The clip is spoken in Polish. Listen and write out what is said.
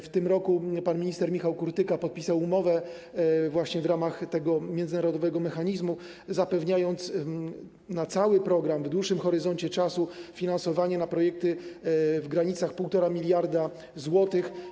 W tym roku pan minister Michał Kurtyka podpisał umowę właśnie w ramach tego międzynarodowego mechanizmu, zapewniając na cały program w dłuższym horyzoncie czasu finansowanie na projekty w granicach 1,5 mld zł.